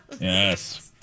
Yes